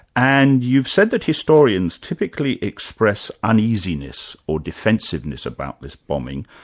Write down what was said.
and you've said that historians typically express uneasiness or defensiveness about this bombing,